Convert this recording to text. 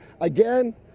Again